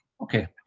Okay